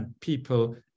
people